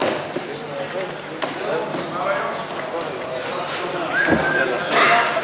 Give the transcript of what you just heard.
הסביבה להיענות לבקשת הממשלה להאריך את תוקפו של חוק